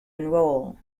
enroll